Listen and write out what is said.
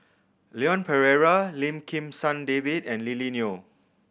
Leon Perera Lim Kim San David and Lily Neo